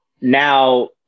Now